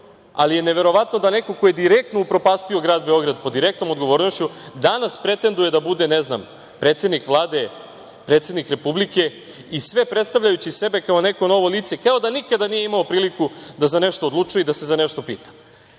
ali je neverovatno da neko ko je direktno upropastio grad Beograd po direktnom odgovornošću, danas pretenduje da bude, ne znam predsednik Vlade, predsednik Republike i sve predstavljajući sebe kao neko novo lice, kao da nikada nije imao priliku da za nešto odlučuje i da se za nešto pita.